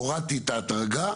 הורדתי את ההדרגה.